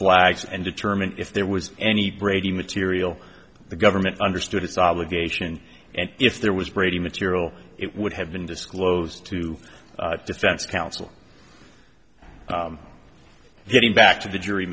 flags and determine if there was any brady material the government understood its obligation and if there was brady material it would have been disclosed to the defense counsel getting back to the jury